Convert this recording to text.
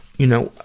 you know,